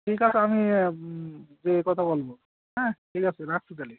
ঠিক আছে আমি গিয়ে কথা বলব হ্যাঁ ঠিক আছে রাখছি তাহলে